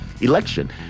election